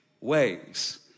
ways